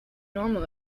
normal